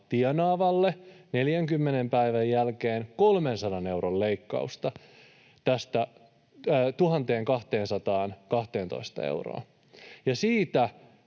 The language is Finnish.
tienaavalle 40 päivän jälkeen 300 euron leikkausta 1 212 euroon,